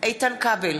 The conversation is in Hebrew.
איתן כבל,